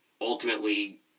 ultimately